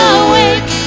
awake